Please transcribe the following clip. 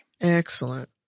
Excellent